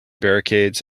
barricades